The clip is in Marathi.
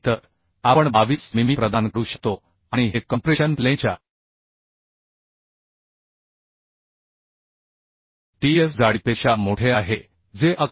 तर आपण 22 मिमी प्रदान करू शकतो आणि हे कॉम्प्रेशन प्लेनच्या tf जाडीपेक्षा मोठे आहे जे 11